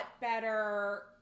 better